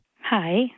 Hi